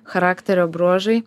charakterio bruožai